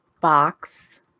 box